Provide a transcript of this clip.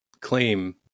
claim